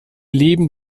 leben